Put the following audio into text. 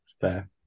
fair